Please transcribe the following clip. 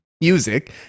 music